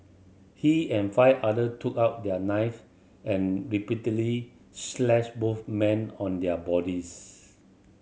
he and five other took out their knife and repeatedly slashed both men on their bodies